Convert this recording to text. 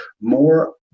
more